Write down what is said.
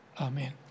Amen